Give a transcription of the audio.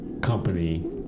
company